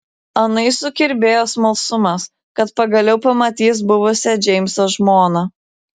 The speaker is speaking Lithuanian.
anai sukirbėjo smalsumas kad pagaliau pamatys buvusią džeimso žmoną